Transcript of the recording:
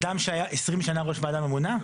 אדם שהיה 20 שנה ראש ועדה ממונה?